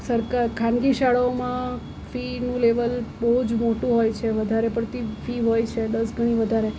સરકાર ખાનગી શાળાઓમાં ફીનું લેવલ બહુ જ મોટું હોય છે વધારે પડતી ફી હોય છે દસ ગણી વધારે